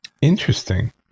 Interesting